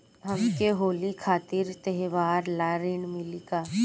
हमके होली खातिर त्योहार ला ऋण मिली का?